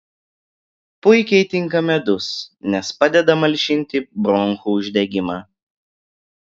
puikiai tinka medus nes padeda malšinti bronchų uždegimą